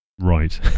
Right